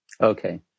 Okay